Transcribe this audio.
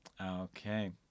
Okay